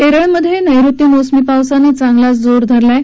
केरळमधे नैऋत्य मोसमी पावसानं चांगलाच जोर धरला आहे